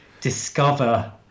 discover